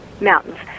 mountains